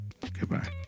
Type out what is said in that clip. Goodbye